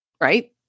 right